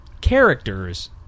characters